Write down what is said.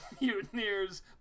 mutineers